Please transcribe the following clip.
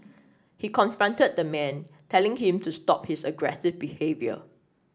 he confronted the man telling him to stop his aggressive behaviour